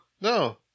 No